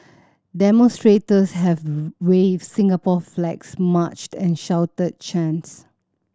demonstrators have waved Singapore flags marched and shouted chants